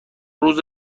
روز